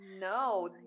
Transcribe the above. No